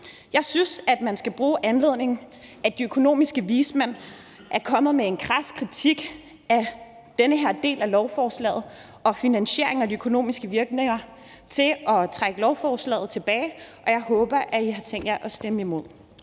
Jeg synes, man skal bruge den anledning, at de økonomiske vismænd er kommet med en krads kritik af den her del af lovforslaget, finansieringen og de økonomiske virkninger, til at trække lovforslaget tilbage, og jeg håber, at I har tænkt jer at stemme imod.